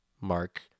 Mark